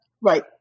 Right